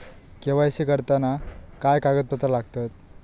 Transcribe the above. KYC करताना काय कागदपत्रा लागतत?